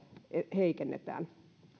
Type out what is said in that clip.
heikennetään